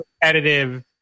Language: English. competitive